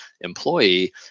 employee